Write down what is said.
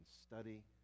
study